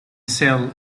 cell